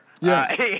Yes